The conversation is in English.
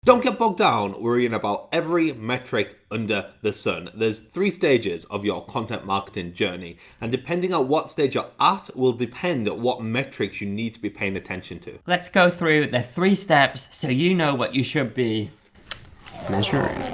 don't get bogged down worrying about every metric under the sun. there's three stages of your content marketing journey and depending on what stage you're at will depend what metrics you need to be paying attention to. let's go through the three steps so you know what you should be measuring.